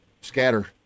scatter